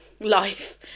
life